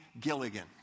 Gilligan